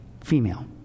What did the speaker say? female